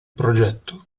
progetto